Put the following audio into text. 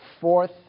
Fourth